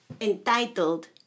entitled